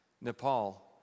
Nepal